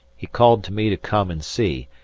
he called to me to come and see,